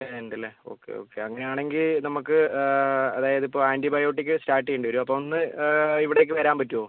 വേദന ഉണ്ട് അല്ലേ ഓക്കെ ഓക്കെ അങ്ങനെ ആണെങ്കിൽ നമുക്ക് അതായത് ഇപ്പോൾ ആൻറ്റിബയോട്ടിക്ക് സ്റ്റാർട്ട് ചെയ്യേണ്ടി വരും അപ്പോൾ ഒന്ന് ഇവിടേക്ക് വരാൻ പറ്റുമോ